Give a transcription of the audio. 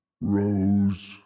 rose